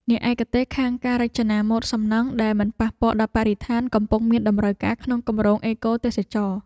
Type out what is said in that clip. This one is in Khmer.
អ្នកឯកទេសខាងការរចនាម៉ូដសំណង់ដែលមិនប៉ះពាល់ដល់បរិស្ថានកំពុងមានតម្រូវការក្នុងគម្រោងអេកូទេសចរណ៍។